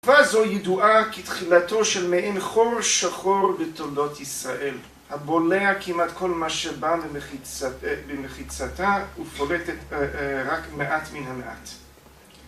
התקופה זו ידועה כתחילתו של מעין חור שחור בתולדות ישראל, הבולע כמעט כל מה שבא במחיצתה ופולטת רק מעט מן המעט.